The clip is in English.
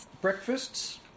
breakfasts